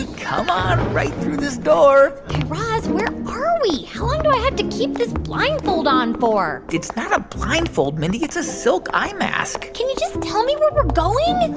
and come on, right through this door guy raz, where where are we? how long do i have to keep this blindfold on for? it's not a blindfold, mindy it's a silk eye mask can you just tell me where we're going? and